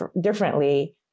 differently